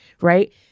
right